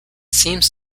seems